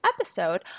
episode